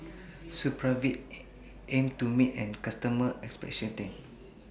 Supravit aims to meet its customers' expectations